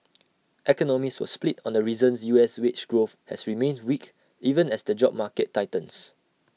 economists were split on the reasons U S wage growth has remained weak even as the job market tightens